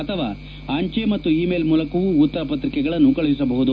ಅಥವಾ ಅಂಚೆ ಮತ್ತು ಈಮೇಲ್ ಮೂಲಕವೂ ಉತ್ತರಪತ್ರಿಕೆಗಳನ್ನು ಕಳುಹಿಸಬಹುದು